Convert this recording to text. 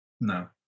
No